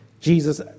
Jesus